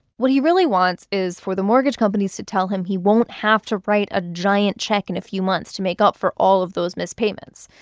what he really wants is for the mortgage companies to tell him he won't have to write a giant check in a few months to make up for all of those missed payments.